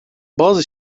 bazı